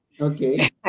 Okay